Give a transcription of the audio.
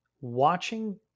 watching